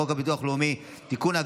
חוק הביטוח הלאומי (תיקון,